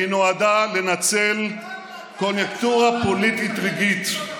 והיא נועדה לנצל קוניוקטורה פוליטית רגעית".